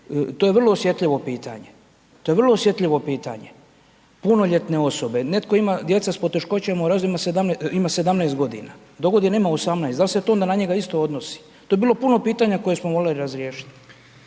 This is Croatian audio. to je vrlo osjetljivo pitanje, to je vrlo osjetljivo pitanje, punoljetne osobe, netko ima djeca s poteškoćama u razvoju ima 17 godina, do godine ima 18 da li se to na njega isto odnosi. To je bilo puno pitanja koje smo morali razriješiti.